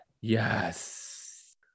Yes